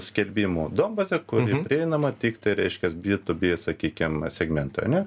skelbimų duombazė kuri prieinama tiktai reiškias b to b sakykim segmentui ane